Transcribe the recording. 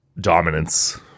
dominance